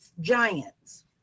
giants